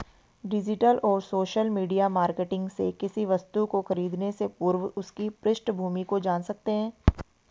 digital और social media marketing से किसी वस्तु को खरीदने से पूर्व उसकी पृष्ठभूमि को जान सकते है